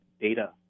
data